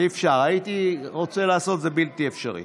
הייתי רוצה לעשות, זה בלתי אפשרי.